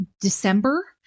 December